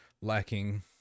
lacking